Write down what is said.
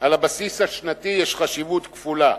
על בסיס שנתי יש חשיבות כפולה,